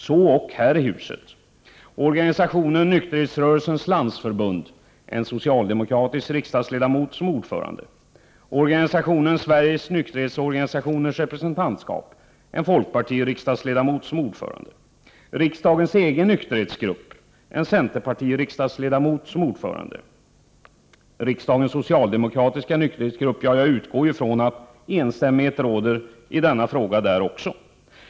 Så ock här i huset: Organisationen Nykterhetsrörelsens landsförbund har en socialdemokratisk riksdagsledamot som ordförande. Organisationen Sveriges nykterhetsorganisationers representantskap har en folkpartiriksdagsledamot som ordförande. Riksdagens egen nykterhetsgrupp har en centerpartiriksdagsledamot som ordförande. Vi har riksdagens socialdemokratiska nykterhetsgrupp-— ja, jag utgår från att enstämmighet råder i denna fråga där också.